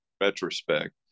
retrospect